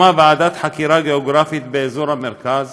הוקמה ועדת חקירה גיאוגרפית באזור המרכז.